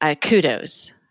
kudos